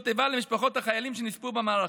איבה למשפחות החיילים שנספו במערכה,